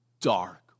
dark